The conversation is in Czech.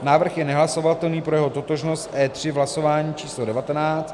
návrh je nehlasovatelný pro jeho totožnost s E3 v hlasování č. devatenáct